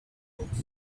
books